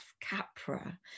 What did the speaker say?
Capra